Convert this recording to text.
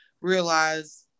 realize